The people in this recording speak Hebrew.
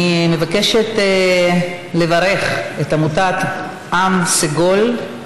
אני מבקשת לברך את עמותת "עם סגול",